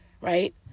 right